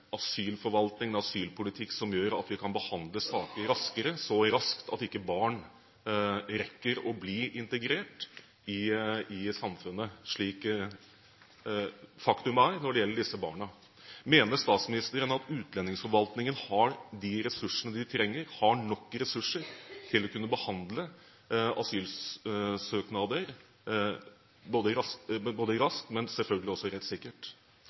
asylforvaltning, en asylpolitikk, som gjør at vi kan behandle saker raskere – så raskt at barn ikke rekker å bli integrert i samfunnet, slik faktum er når det gjelder disse barna. Mener statsministeren at utlendingsforvaltningen har de ressursene de trenger, har nok ressurser til å kunne behandle asylsøknader både